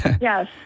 yes